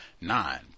Nine